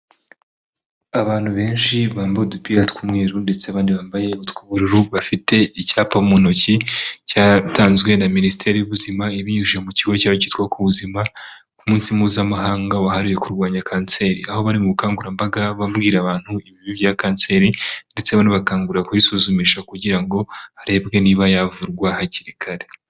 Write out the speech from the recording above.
Abantu benshi bambu udupira tw'umweru ndetse nabandi bambaye tw'ubururu bafite icyapa mu ntoki cyatanzwe na minisiteri y'ubuzima ibinyujije mu kigo cyabo cyitwa ku buzima ku munsi mpuzamahanga wahariwe kurwanya kanseri aho bari mu bukangurambaga babwira abantu ibi ya kanseri ndetse banabakangurira kubisuzumisha kugira ngo harebwe niba yavurwa hakiri kare.